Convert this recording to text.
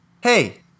Hey